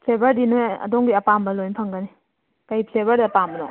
ꯐ꯭ꯂꯦꯚꯔꯗꯤ ꯅꯣꯏ ꯑꯗꯣꯝꯒꯤ ꯑꯄꯥꯝꯕ ꯂꯣꯏ ꯐꯪꯒꯅꯤ ꯀꯔꯤ ꯐ꯭ꯂꯦꯚꯔꯗ ꯄꯥꯝꯕꯅꯣ